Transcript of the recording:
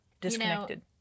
disconnected